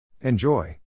Enjoy